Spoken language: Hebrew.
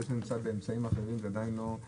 זה שזה באמצעים אחרים, זה לא אומר